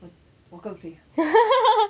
我我更肥